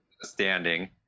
standing